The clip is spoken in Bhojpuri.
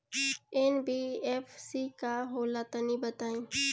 एन.बी.एफ.सी का होला तनि बताई?